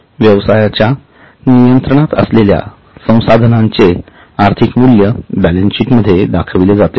व्यवसायाच्या नियंत्रणात असलेल्या संसाधनाचे आर्थिक मूल्य बॅलन्सशीट मध्ये दर्शविले जाते